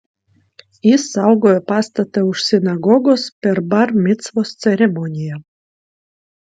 jis saugojo pastatą už sinagogos per bar micvos ceremoniją